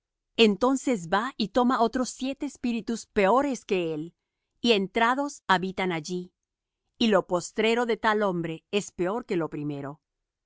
entonces va y toma otros siete espíritus peores que él y entrados habitan allí y lo postrero del tal hombre es peor que lo primero